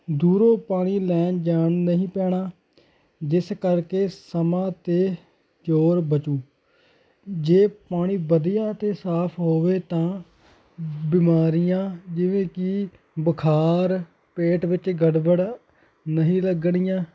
ਦੂਰੋਂ ਪਾਣੀ ਲੈਣ ਜਾਣ ਨਹੀਂ ਪੈਣਾ ਜਿਸ ਕਰਕੇ ਸਮਾਂ ਅਤੇ ਜੋਰ ਬਚੂ ਜੇ ਪਾਣੀ ਵਧੀਆ ਅਤੇ ਸਾਫ਼ ਹੋਵੇ ਤਾਂ ਬਿਮਾਰੀਆਂ ਜਿਵੇਂ ਕਿ ਬੁਖਾਰ ਪੇਟ ਵਿੱਚ ਗੜਬੜ ਨਹੀਂ ਲੱਗਣੀਆਂ